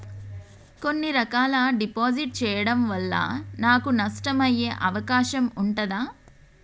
కొన్ని రకాల డిపాజిట్ చెయ్యడం వల్ల నాకు నష్టం అయ్యే అవకాశం ఉంటదా?